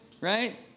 right